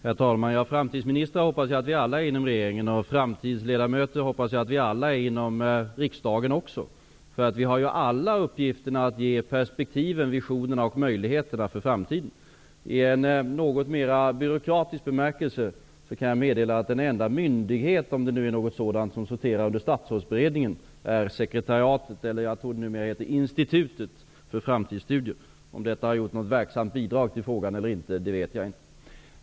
Herr talman! Framtidsministrar hoppas jag att vi alla är inom regeringen, och framtidsledamöter hoppas jag att alla är inom riksdagen. Vi har alla uppgiften att ge perspektiv, visioner och möjligheterna till framtid. I en något mera byråkratisk bemärkelse kan jag meddela att den enda myndighet som sorterar under statsrådsberedningen är Institutet för framtidsstudier, som det numera heter. Om detta har kommit med något verksamt bidrag i denna fråga vet jag inte.